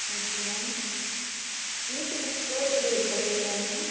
okay ma'am வீட்டுக்கெல்லாம் door delivery பண்ணுவீங்களா ma'am